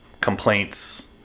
complaints